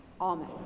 Amen